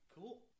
Cool